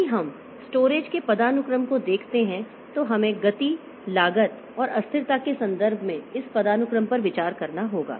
यदि हम स्टोरेज के पदानुक्रम को देखते हैं तो हमें गति लागत और अस्थिरता के संदर्भ में इस पदानुक्रम पर विचार करना होगा